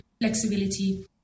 flexibility